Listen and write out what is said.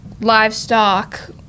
livestock